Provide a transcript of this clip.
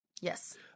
Yes